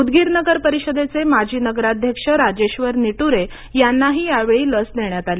उदगीर नगर परिषदेचे माजी नगराध्यक्ष राजेश्वर निटूरे यांनाही यावेळी लस देण्यात आली